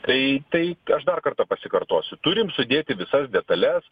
tai tai aš dar kartą pasikartosiu turim sudėti visas detales